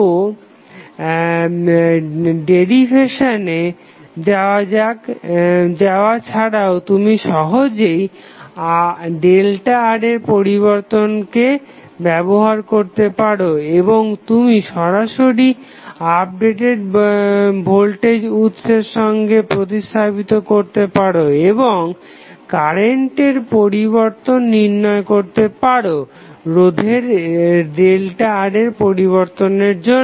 তো ডেরিভেশানে যাওয়া ছাড়াও তুমি সহজেই ΔR পরিবর্তনকে ব্যবহার করতে পারো এবং তুমি সরাসরি আপডেটেড ভোল্টেজ উৎসের সঙ্গে প্রতিস্থাপিত করতে পারো এবং কারেন্টের পরিবর্তন নির্ণয় করতে পারো রোধের ΔR পরিবর্তনের জন্য